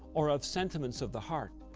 or of sentiments of the heart,